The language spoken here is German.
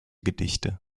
gedichte